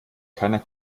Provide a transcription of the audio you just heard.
keiner